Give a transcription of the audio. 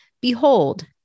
behold